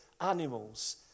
animals